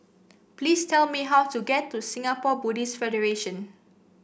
please tell me how to get to Singapore Buddhist Federation